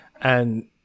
and-